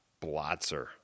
blotzer